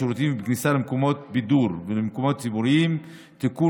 בשירותים ובכניסה למקומות בירור ולמקומות ציבוריים (תיקון,